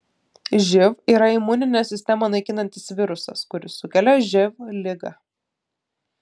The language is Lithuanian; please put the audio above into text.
živ yra imuninę sistemą naikinantis virusas kuris sukelia živ ligą